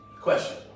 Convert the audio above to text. Question